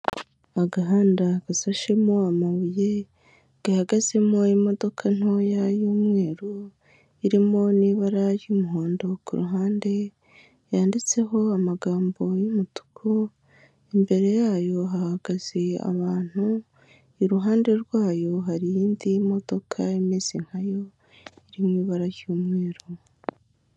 Agahanda gasashemo amabuye, gahagazemo imodoka ntoya y'umweru, irimo n'ibara ry'umuhondo kuruhande, yanditseho amagambo y'umutuku, imbere yayo hahagaze abantu, iruhande rwayo hari iyindi modoka imeze nkayo, iri mu ibara ry'umweru.